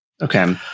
Okay